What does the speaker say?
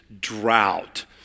drought